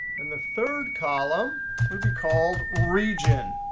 and the third column should be called region.